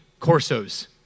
corsos